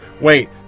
Wait